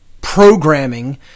programming